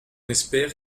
espère